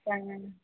சரி மேம்